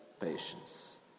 patience